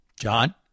John